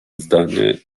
zdanie